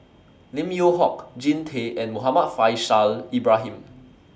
Lim Yew Hock Jean Tay and Muhammad Faishal Ibrahim